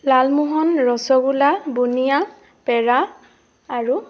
লালমোহন ৰসগোলা বুনিয়া পেৰা আৰু